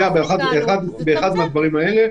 אם יש פגיעה באחד מהדברים האלה,